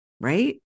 right